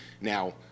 now